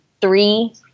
Three